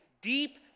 deep